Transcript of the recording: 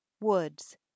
Woods